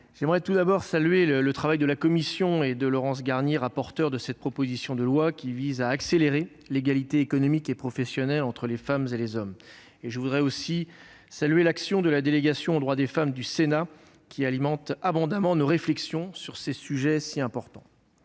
j'aimerais tout d'abord saluer le travail de la commission des affaires sociales et celui de Laurence Garnier, rapporteure de cette proposition de loi qui vise à accélérer l'égalité économique et professionnelle entre les femmes et les hommes. Je veux également saluer l'action de la délégation aux droits des femmes du Sénat, qui alimente abondamment nos réflexions sur ces sujets si importants.